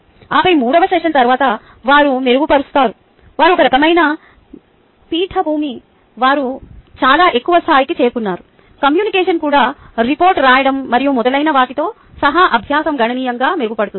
ఆపై మూడవ సెషన్ తరువాత వారు మెరుగుపరుస్తారు వారు ఒక రకమైన పీఠభూమి వారు చాలా ఎక్కువ స్థాయికి చేరుకున్నారు కమ్యూనికేషన్ కూడా రిపోర్ట్ రాయడం మరియు మొదలైన వాటితో సహా అభ్యాసం గణనీయంగా మెరుగుపడితే